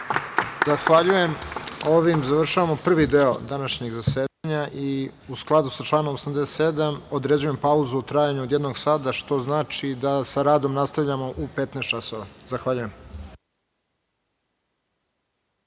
Zahvaljujem. Ovim završavamo prvi deo današnjeg zasedanja.U skladu sa članom 87. određujem pauzu u trajanju od jednog sata, što znači da sa radom nastavljamo u 15.00 časova. Zahvaljujem.(Posle